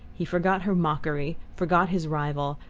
he forgot her mockery, forgot his rival,